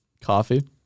Coffee